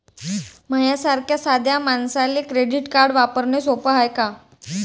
माह्या सारख्या साध्या मानसाले क्रेडिट कार्ड वापरने सोपं हाय का?